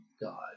God